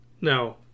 Now